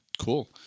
Cool